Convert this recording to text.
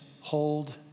hold